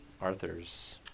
Arthur's